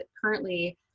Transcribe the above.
currently